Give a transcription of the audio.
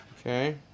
okay